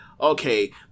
okay